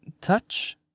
Touch